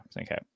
Okay